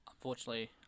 Unfortunately